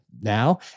now